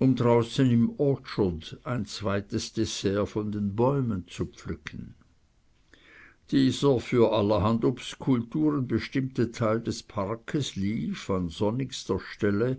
draußen im orchard ein zweites dessert von den bäumen zu pflücken dieser für allerhand obstkulturen bestimmte teil des parkes lief an sonnigster stelle